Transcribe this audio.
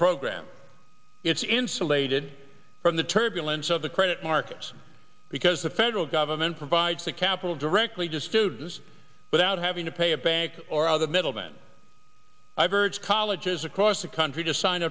program it's insulated from the turbulence of the credit markets because the federal government provides that capital directly to students without having to pay a bank or other middleman i've urged colleges across the country to sign